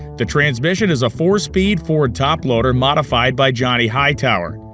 the transmission is a four speed ford toploader, modified by johnny hightower.